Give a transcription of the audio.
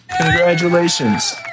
Congratulations